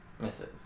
Misses